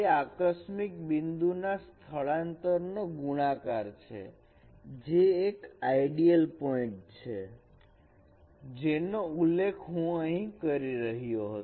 તે આકસ્મિક બિંદુ ના સ્થળાંતરનો ગુણાકાર છે જે એક આઈડિઅલ પોઇન્ટ છે જેનો ઉલ્લેખ હું અહીં કરી રહ્યો હતો